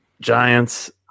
Giants